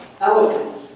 elephants